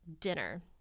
dinner